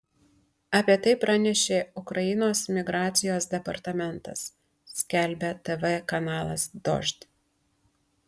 apie tai pranešė ukrainos migracijos departamentas skelbia tv kanalas dožd